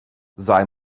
sei